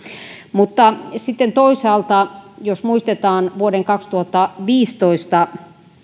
sitten toisaalta jos muistetaan vuoden kaksituhattaviisitoista